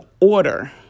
order